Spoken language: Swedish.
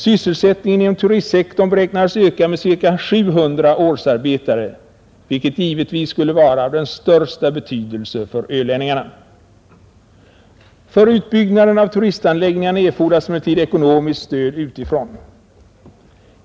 Sysselsättningen inom turistsektorn beräknades öka med cirka 700 årsarbetare, vilket givetvis skulle vara av den största betydelse för ölänningarna. För utbyggnaden av turistanläggningarna erfordras emellertid ekonomiskt stöd utifrån.